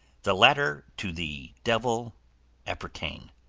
the latter to the devil appertain.